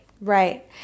Right